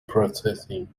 processing